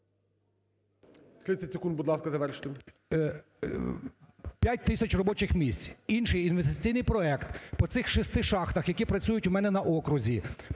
30 секунд, будь ласка, завершуйте.